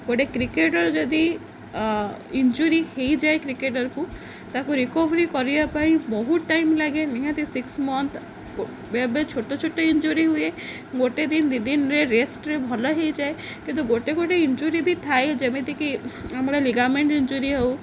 ଗୋଟେ କ୍ରିକେଟର୍ ଯଦି ଇଞ୍ଜୁରୀ ହେଇଯାଏ କ୍ରିକେଟର୍କୁ ତାକୁ ରିକୋଭରି କରିବା ପାଇଁ ବହୁତ ଟାଇମ୍ ଲାଗେ ନିହାତି ସିକ୍ସ ମନ୍ଥ ଏବେ ଛୋଟ ଛୋଟ ଇଞ୍ଜୁୁରୀ ହୁଏ ଗୋଟେ ଦିନ ଦୁଇ ଦିନରେ ରେଷ୍ଟରେ ଭଲ ହେଇଯାଏ କିନ୍ତୁ ଗୋଟେ ଗୋଟେ ଇଞ୍ଜୁୁରୀ ବି ଥାଏ ଯେମିତିକି ଆମର ଲିଗାମିନ୍ଟ ଇଞ୍ଜୁୁରୀ ହଉ